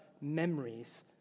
memories